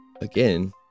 Again